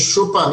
שוב פעם,